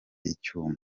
icyuma